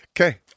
Okay